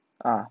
uh